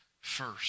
first